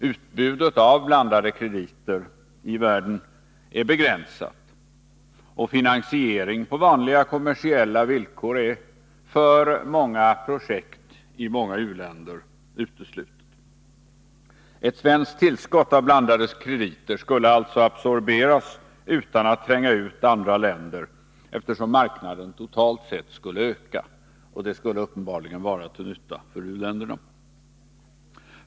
Utbudet av blandade krediter i världen är begränsat, och finansiering på vanliga kommersiella villkor är för många projekt i många u-länder uteslutet. Ett svenskt tillskott av blandade krediter skulle alltså absorberas utan att tränga ut andra länder, eftersom marknaden totalt sett skulle öka. Det skulle uppenbarligen vara till nytta för uländerna.